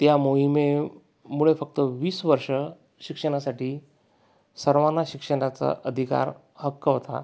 त्या मोहिमेमुळे फक्त वीस वर्षं शिक्षणासाठी सर्वांना शिक्षणाचा अधिकार हक्क होता